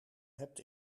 hebt